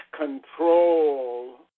control